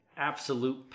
Absolute